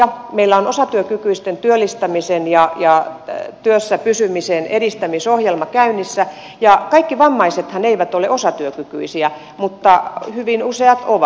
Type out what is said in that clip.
meillä on osatyökykyisten työllistämisen ja työssä pysymisen edistämisohjelma käynnissä ja kaikki vammaisethan eivät ole osatyökykyisiä mutta hyvin useat ovat